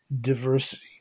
diversity